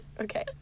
Okay